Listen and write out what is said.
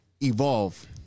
evolve